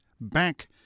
back